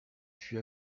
fut